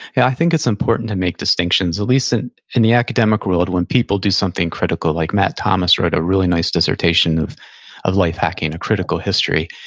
yeah i think it's important to make distinctions, at least in in the academic world, when people do something critical, like matt thomas wrote a really nice dissertation of of life hacking, a critical history.